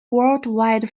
worldwide